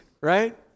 right